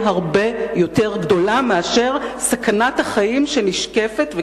הרבה יותר גדולה מסכנת החיים שנשקפת,